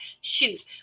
shoot